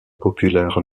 populaire